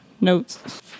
notes